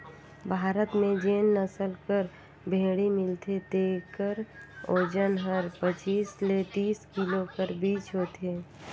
भारत में जेन नसल कर भेंड़ी मिलथे तेकर ओजन हर पचीस ले तीस किलो कर बीच होथे